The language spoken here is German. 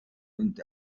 und